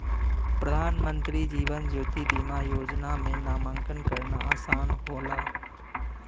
प्रधानमंत्री जीवन ज्योति बीमा योजना में नामांकन करना आसान होला